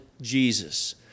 Jesus